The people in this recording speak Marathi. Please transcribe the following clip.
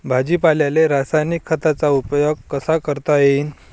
भाजीपाल्याले रासायनिक खतांचा उपयोग कसा करता येईन?